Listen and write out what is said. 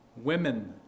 Women